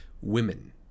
Women